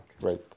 right